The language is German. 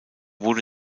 wurde